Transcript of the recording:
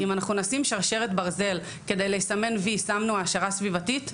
אם אנחנו נשים שרשרת ברזל כדי לסמן וי ששמנו העשרה סביבתית,